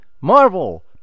Marvel